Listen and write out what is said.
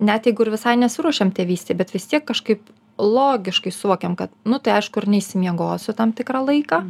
net jeigu ir visai nesiruošiam tėvystei bet vis tiek kažkaip logiškai suvokiam kad nu tai aišku ir neišsimiegosiu tam tikrą laiką